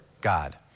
God